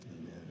Amen